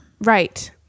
Right